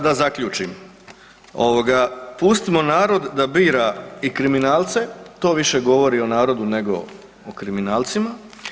Da, da zaključim, ovoga pustimo narod da bira i kriminalce, to više govori o narodu nego o kriminalcima.